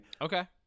okay